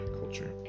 Culture